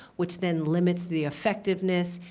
which then limits the effectiveness.